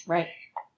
Right